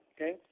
okay